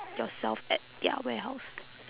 yourself at their warehouse